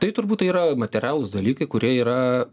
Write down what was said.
tai turbūt tai yra materialūs dalykai kurie yra